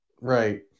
Right